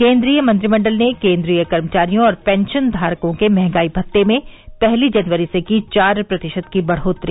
केन्द्रीय मंत्रिमण्डल ने केन्द्रीय कर्मचारियों और पेंशन धारकों के मंहगाई भत्ते में पहली जनवरी से की चार प्रतिशत की बढोतरी